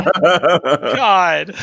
God